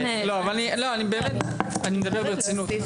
אני מדבר ברצינות.